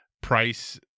price